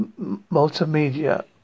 Multimedia